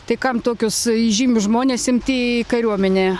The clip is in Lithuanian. tai kam tokius įžymius žmones imti į kariuomenę